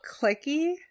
clicky